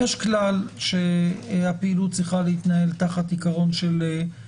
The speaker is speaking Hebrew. יש כלל, שהפעילות צריכה להתנהל תחת שקיפות.